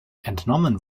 entnommen